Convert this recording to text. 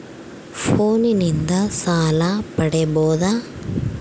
ಫೋನಿನಿಂದ ಸಾಲ ಪಡೇಬೋದ?